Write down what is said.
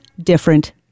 different